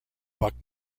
buck